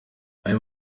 aya